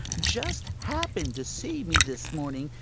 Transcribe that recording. just happen, to see me this morning,